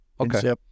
Okay